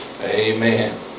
Amen